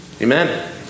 Amen